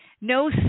No